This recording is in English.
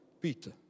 Peter